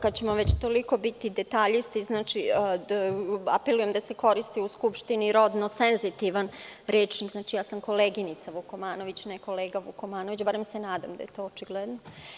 Kada ćemo već toliko biti detaljisti, apelujem da se koristi u Skupštini rodno senzitivan rečnik, znači, ja sam koleginica Vukomanović, ne kolega Vukomanović, barem se nadam da je to očigledno.